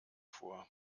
vor